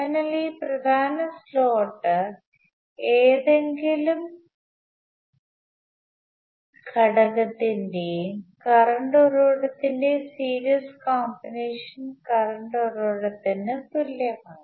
അതിനാൽ ഈ പ്രധാന സ്ലോട്ട് ഏതെങ്കിലും ഘടകത്തിന്റെയും കറണ്ട് ഉറവിടത്തിന്റെയും സീരീസ് കോമ്പിനേഷൻ കറണ്ട് ഉറവിടത്തിന് തുല്യമാണ്